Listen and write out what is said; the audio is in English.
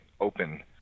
open